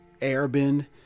airbend